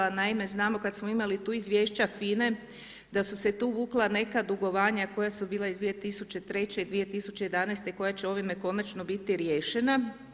Naime, znamo kada smo imali tu izvješća FINA-e da su se tu vukla neka dugovanja koja su bila iz 2003. i 2011. i koja će ovime konačno biti riješena.